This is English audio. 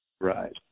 Right